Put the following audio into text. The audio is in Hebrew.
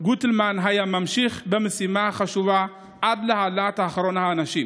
גוטלמן היה ממשיך במשימה החשובה עד להעלאת אחרון האנשים,